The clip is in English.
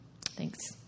Thanks